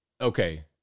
Okay